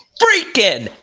freaking